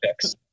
fix